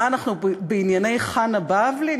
מה אנחנו, בענייני חנה בבלי?